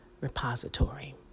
repository